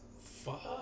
Fuck